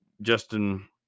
Justin